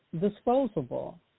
disposable